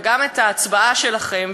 וגם את ההצבעה שלכם,